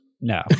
No